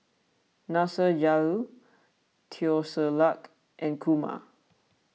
Nasir Jalil Teo Ser Luck and Kumar